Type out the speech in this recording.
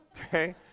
Okay